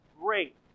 great